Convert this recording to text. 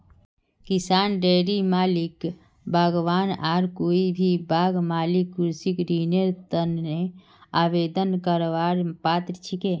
किसान, डेयरी मालिक, बागवान आर कोई भी बाग मालिक कृषि ऋनेर तने आवेदन करवार पात्र छिके